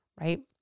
right